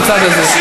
בצד הזה.